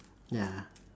ya